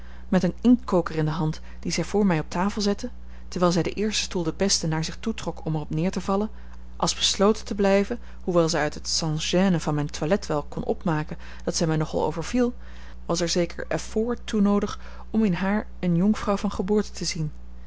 met een inktkoker in de hand dien zij voor mij op tafel zette terwijl zij den eersten stoel den besten naar zich toe trok om er op neer te vallen als besloten te blijven hoewel zij uit het sans gêne van mijn toilet wel kon opmaken dat zij mij nogal overviel was er zeker effort toe noodig om in haar eene jonkvrouw van geboorte te zien